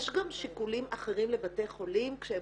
יש גם שיקולים אחרים לבתי חולים כשהם